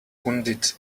wounded